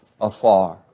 afar